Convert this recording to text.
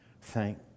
thank